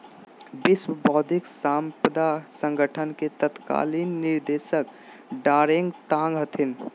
विश्व बौद्धिक साम्पदा संगठन के तत्कालीन निदेशक डारेंग तांग हथिन